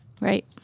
Right